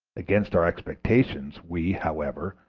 against our expectation we, however,